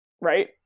Right